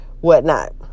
whatnot